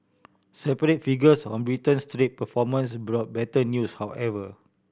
separate figures on Britain's trade performance brought better news however